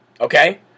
Okay